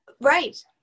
Right